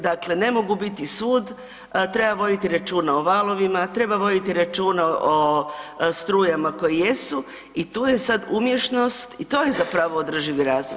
Dakle, ne mogu biti svud, treba voditi računa o valovima, treba voditi računa o strujama koje jesu i tu je sad umješnost i to je zapravo održivi razvoj.